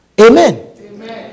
Amen